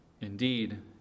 Indeed